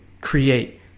create